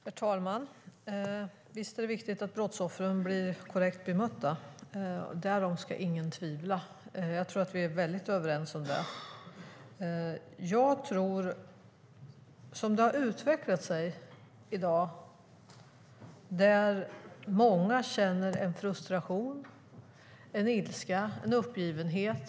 Herr talman! Visst är det viktigt att brottsoffren blir korrekt bemötta - därom ska ingen tvivla. Jag tror att vi är väldigt överens om det. Som det har utvecklat sig i dag känner många frustration, ilska och uppgivenhet.